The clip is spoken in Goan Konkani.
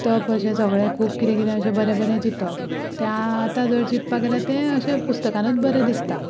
चिंतप अशें सगलें खूब किदें बरें बरें चिंतप तें आतां जर चड चिंतपा गेल्यार तें अशे पुस्तकानूच बरें दिसता